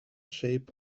shape